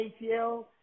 ATL